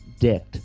dicked